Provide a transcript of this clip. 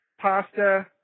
pasta